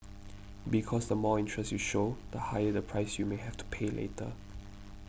because the more interest you show the higher the price you may have to pay later